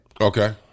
Okay